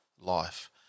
Life